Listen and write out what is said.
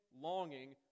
longing